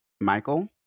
Michael